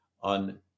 On